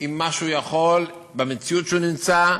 עם מה שהוא יכול במציאות שבה הוא נמצא.